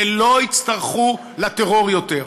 והם לא יצטרכו לטרור יותר.